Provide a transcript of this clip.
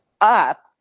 up